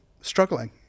struggling